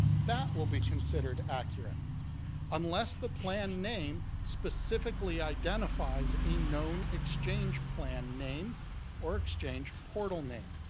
that will be considered accurate unless the plan name specifically identifies a known exchange plan name or exchange portal name.